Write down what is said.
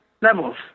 levels